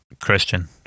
Christian